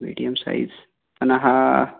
medium size आणि हा